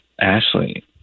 Ashley